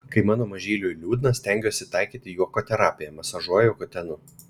kai mano mažyliui liūdna stengiuosi taikyti juoko terapiją masažuoju kutenu